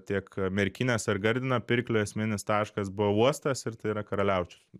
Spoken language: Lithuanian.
tiek merkinės ar gardino pirkliui esminis taškas buvo uostas ir tai yra karaliaučius